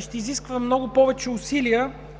ще изисква много повече усилия